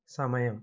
സമയം